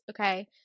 okay